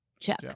check